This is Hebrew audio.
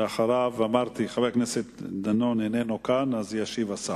ואחריו, חבר הכנסת דנון איננו כאן, אז ישיב השר.